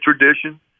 tradition